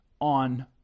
on